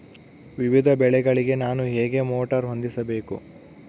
ವಿವಿಧ ಬೆಳೆಗಳಿಗೆ ನಾನು ಹೇಗೆ ಮೋಟಾರ್ ಹೊಂದಿಸಬೇಕು?